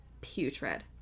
putrid